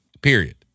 period